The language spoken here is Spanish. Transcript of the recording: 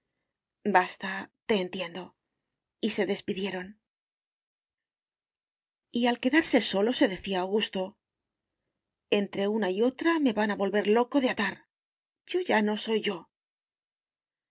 basta te entiendo y se despidieron y al quedarse solo se decía augusto entre una y otra me van a volver loco de atar yo ya no soy yo